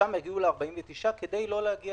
שם הגיעו ל-49% כדי לא להגיע